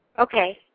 Okay